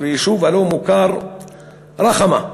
ביישוב הלא-מוכר רחמה,